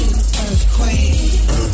earthquake